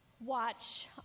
watch